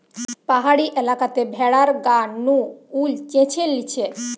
পাহাড়ি এলাকাতে ভেড়ার গা নু উল চেঁছে লিছে